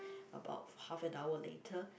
about half an hour later